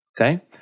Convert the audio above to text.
Okay